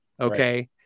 Okay